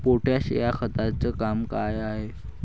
Potash या खताचं काम का हाय?